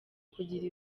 kugira